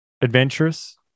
adventurous